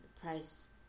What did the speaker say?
Price